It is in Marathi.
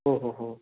हो हो हो